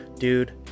dude